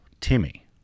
Timmy